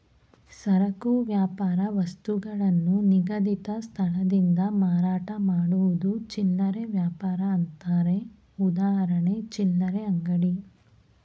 ಸರಕು ವ್ಯಾಪಾರ ವಸ್ತುಗಳನ್ನು ನಿಗದಿತ ಸ್ಥಳದಿಂದ ಮಾರಾಟ ಮಾಡುವುದು ಚಿಲ್ಲರೆ ವ್ಯಾಪಾರ ಅಂತಾರೆ ಉದಾಹರಣೆ ಚಿಲ್ಲರೆ ಅಂಗಡಿ